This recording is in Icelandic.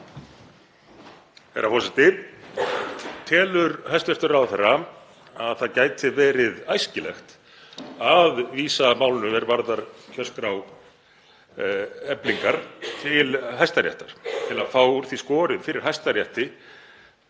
Herra forseti. Telur hæstv. ráðherra að það gæti verið æskilegt að vísa málinu er varðar kjörskrá Eflingar til Hæstaréttar til að fá úr því skorið fyrir Hæstarétti